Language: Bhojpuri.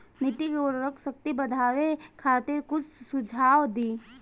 मिट्टी के उर्वरा शक्ति बढ़ावे खातिर कुछ सुझाव दी?